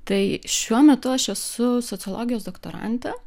tai šiuo metu aš esu sociologijos doktorantė